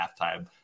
halftime